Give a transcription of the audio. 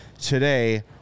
today